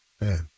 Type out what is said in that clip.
Man